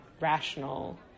rational